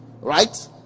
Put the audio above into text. right